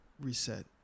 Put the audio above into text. reset